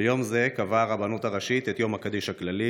ביום זה קבעה הרבנות הראשית את יום הקדיש הכללי,